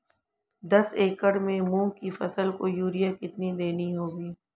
दस एकड़ में मूंग की फसल को यूरिया कितनी देनी होगी?